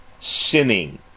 sinning